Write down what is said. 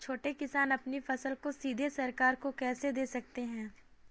छोटे किसान अपनी फसल को सीधे सरकार को कैसे दे सकते हैं?